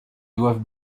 doivent